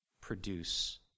produce